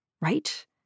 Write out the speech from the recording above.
right